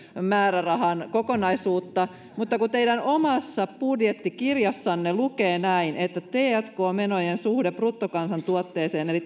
määrärahan kokonaisuutta mutta teidän omassa budjettikirjassanne lukee näin tk menojen suhteesta bruttokansantuotteeseen eli